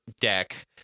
deck